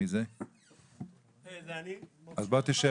ספר